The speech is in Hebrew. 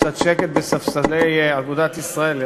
קצת שקט בספסלי אגודת ישראל,